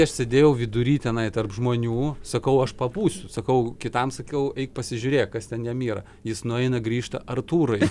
aš sėdėjau vidury tenai tarp žmonių sakau aš pabūsiu sakau kitam sakau eik pasižiūrėk kas ten jam yra jis nueina grįžta artūrai